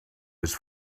his